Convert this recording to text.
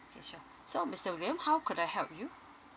okay sure so mister william how could I help you